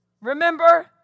remember